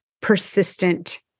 persistent